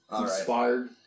Inspired